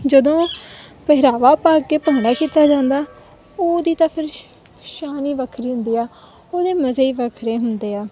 ਜਦੋਂ ਪਹਿਰਾਵਾ ਪਾ ਕੇ ਭੰਗੜਾ ਕੀਤਾ ਜਾਂਦਾ ਉਹਦੀ ਤਾਂ ਫਿਰ ਸ਼ ਸ਼ਾਨ ਹੀ ਵੱਖਰੀ ਹੁੰਦੀ ਆ ਉਹਦੇ ਮਜ਼ੇ ਹੀ ਵੱਖਰੇ ਹੁੰਦੇ ਆ